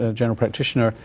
ah general practitioner,